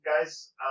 guys